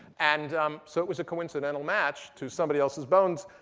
and um so it was a coincidental match to somebody else's bones.